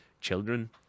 children